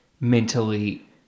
mentally